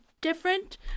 different